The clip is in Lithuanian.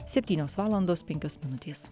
septynios valandos penkios minutės